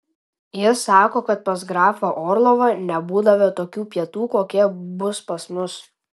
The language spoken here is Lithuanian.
jis sako kad pas grafą orlovą nebūdavę tokių pietų kokie bus pas mus